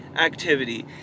activity